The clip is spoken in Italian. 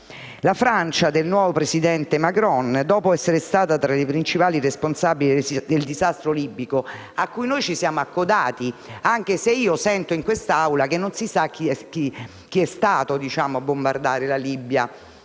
La Francia del nuovo presidente Macron, è stata tra i principali responsabili del disastro libico, cui ci siamo accodati, anche se sento dire in quest'Aula che non si sa chi è stato a bombardare la Libia.